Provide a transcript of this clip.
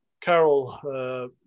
Carol